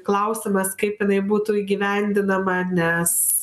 klausimas kaip jinai būtų įgyvendinama nes